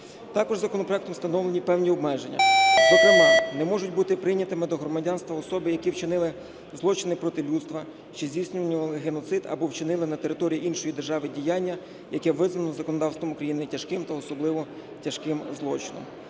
Також законопроектом встановлені певні обмеження: зокрема, не можуть бути прийнятими до громадянства особи, які вчинили злочини проти людства, чи здійснювали геноцид, або вчинили на території іншої держави діяння, яке визнано законодавством України тяжким та особливо тяжким злочином.